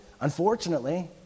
unfortunately